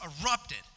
erupted